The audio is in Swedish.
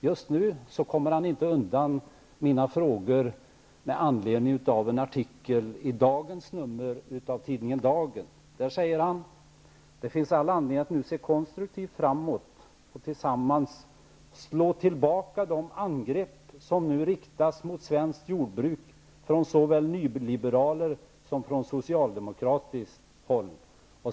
Just nu kommer han dock inte undan mina frågor med anledning av en artikel i dagens nummer av tidningen Dagen. Där säger han: Det finns all anledning att nu se konstruktivt framåt och tillsammans slå tillbaka de angrepp som nu riktas mot svenskt jordbruk från såväl nyliberalt som socialdemokratiskt håll.